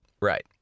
Right